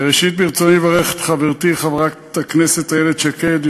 ראשית ברצוני לברך את חברתי חברת הכנסת איילת שקד,